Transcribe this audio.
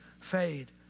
fade